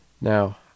Now